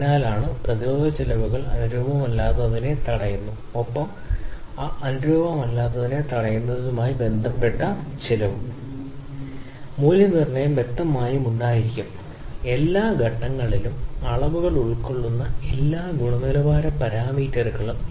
അതിനാൽ വ്യക്തമായും പേര് പോലെ സിസ്റ്റം നിർമ്മിക്കുന്നതിനായി ഉൽപ്പന്ന പ്രോസസ്സ് ഡിസൈൻ പാരാമീറ്ററുകൾ സജ്ജമാക്കിയിരിക്കുന്ന ലെവൽ നിർദ്ദേശിക്കുക പ്രകടനം വ്യതിയാനത്തിന്റെ കാരണങ്ങളോട് കുറഞ്ഞ സെൻസിറ്റീവ് ആയതിനാൽ ഗുണനിലവാര നഷ്ടം കുറയ്ക്കുന്നു